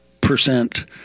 percent